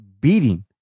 beating